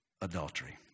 adultery